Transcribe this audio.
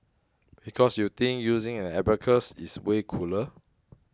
because you think using an abacus is way cooler